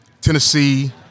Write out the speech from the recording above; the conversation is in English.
Tennessee